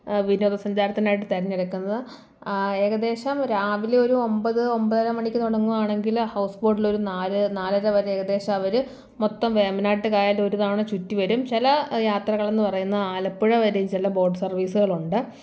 വിനോദസഞ്ചാരത്തിനായിട്ട് തിരഞ്ഞെടുക്കുന്നത് ഏകദേശം രാവിലെ ഒരു ഒമ്പത് ഒമ്പതര മണിക്ക് തൊടങ്ങുകാണെങ്കിൽ ഹൗസ് ബോട്ടിൽ ഒരു നാല് നാലര വരെ ഏകദേശം അവർ മൊത്തം വേമ്പനാട്ടുകായൽ ഒരു തവണ ചുറ്റി വരും ചില യാത്രകളെന്ന് പറയുന്നത് ആലപ്പുഴ വരെയും ചില ബോട്ട് സർവീസുകളുണ്ട്